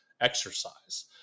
exercise